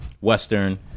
Western